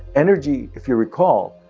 energy, if you recall,